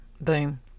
boom